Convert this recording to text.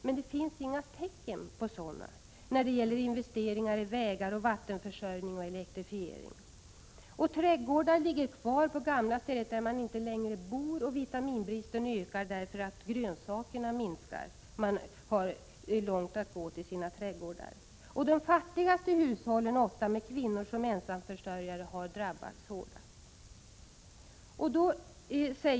Men det finns inga tecken på sådana när det gäller investeringar i vägar, vattenförsörjning och elektrifiering. Trädgårdar finns kvar där människor inte längre bor. Vitaminbristen ökar därför att tillgången på grönsaker minskar. Man har långt att gå till sina trädgårdar. De fattigaste hushållen — ofta rör det sig om hushåll där kvinnor är ensamförsörjare — har drabbats hårdast.